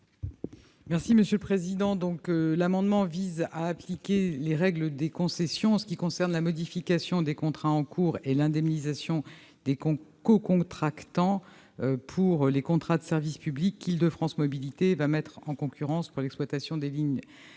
du Gouvernement ? L'amendement tend à appliquer les règles des concessions en ce qui concerne la modification des contrats en cours et l'indemnisation des cocontractants pour les contrats de service public qu'Île-de-France Mobilités va mettre en concurrence en vue de l'exploitation des lignes